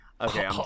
Okay